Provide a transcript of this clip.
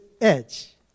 edge